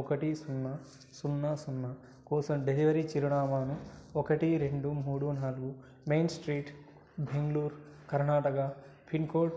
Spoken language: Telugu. ఒకటి సున్నా సున్నా సున్నా కోసం డెలివరీ చిరునామాను ఒకటి రెండు మూడు నాలుగు main street Bengaluru Karnataka pin code